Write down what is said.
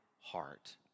heart